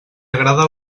agrada